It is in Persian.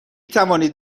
توانید